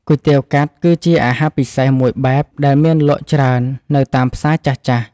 គុយទាវកាត់គឺជាអាហារពិសេសមួយបែបដែលមានលក់ច្រើននៅតាមផ្សារចាស់ៗ។